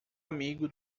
amigo